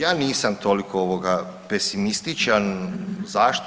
Ja nisam toliko pesimističan, zašto?